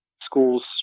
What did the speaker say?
schools